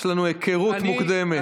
יש לנו היכרות מוקדמת.